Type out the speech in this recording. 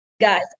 Guys